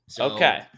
Okay